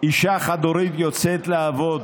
אישה חד-הורית יוצאת לעבוד